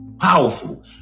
powerful